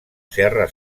serra